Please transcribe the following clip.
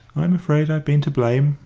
i'm afraid i've been to blame,